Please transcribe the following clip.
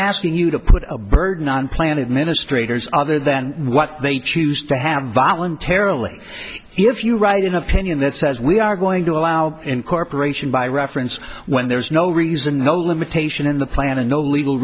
asking you to put a burden on plan administrator is other than what they choose to have voluntarily if you write an opinion that says we are going to allow incorporation by reference when there is no reason no limitation in the plan and no legal